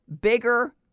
bigger